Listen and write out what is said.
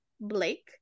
Blake